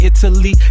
Italy